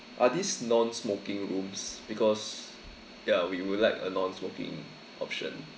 are these non smoking rooms because ya we would like a non smoking option